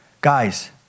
Guys